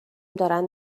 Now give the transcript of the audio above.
دارن